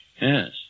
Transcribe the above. Yes